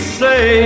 say